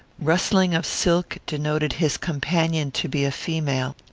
rustling of silk denoted his companion to be female.